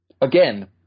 again